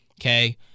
Okay